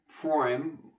prime